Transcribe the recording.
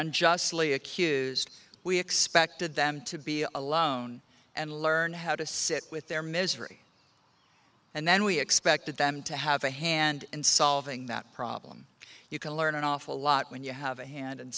unjustly accused we expected them to be alone and learn how to sit with their misery and then we expected them to have a hand in solving that problem you can learn an awful lot when you have a hand in